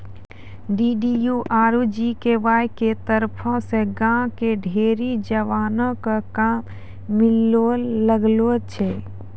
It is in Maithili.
डी.डी.यू आरु जी.के.वाए के तरफो से गांव के ढेरी जवानो क काम मिलै लागलो छै